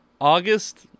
August